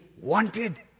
wanted